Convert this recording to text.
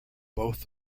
both